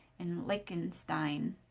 and lichtenstein.